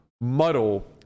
muddle